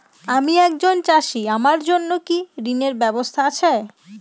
আমি একজন চাষী আমার জন্য কি ঋণের ব্যবস্থা আছে?